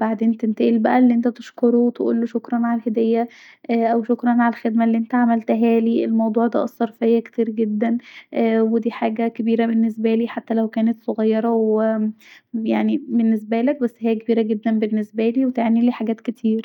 بعدين تنتقل بقي أن انت تشكره وتقوله شكرا على الهديه أو شكرا علي الخدمه الي انا عملتهاليو الموضوع ده اثر فيا كتير جدا ودي حاجه كبيره جدا بالنسبالي حتي لو كانت صغيره يعني بالنسبالك بس هي كبيره جدا بالنسبالي وتعنيلي حاجات كتير